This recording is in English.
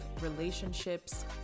relationships